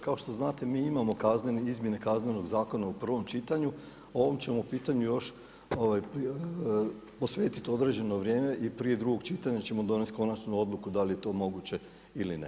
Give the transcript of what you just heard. Kao što znate mi imamo izmjene Kaznenog zakona u prvom čitanju, ovom ćemo pitanju još posvetit određeno vrijeme i prije drugog čitanja ćemo donijeti konačnu odluku dali je to moguće ili ne.